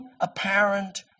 apparent